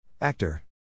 actor